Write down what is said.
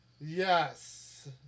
yes